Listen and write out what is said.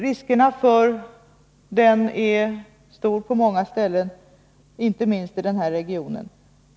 Riskerna för denna är stora på många ställen, inte minst i den här regionen.